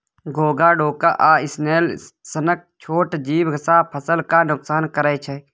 घोघा, डोका आ स्नेल सनक छोट जीब सब फसल केँ नोकसान करय छै